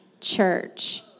church